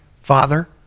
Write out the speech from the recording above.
father